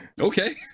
okay